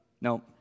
No